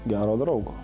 gero draugo